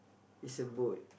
is a boat